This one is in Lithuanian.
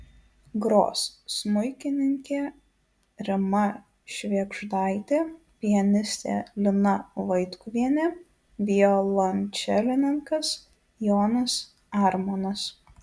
gros smuikininkė rima švėgždaitė pianistė lina vaitkuvienė violončelininkas jonas armonas